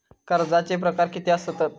कर्जाचे प्रकार कीती असतत?